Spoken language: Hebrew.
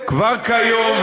כבר כיום,